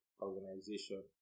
organization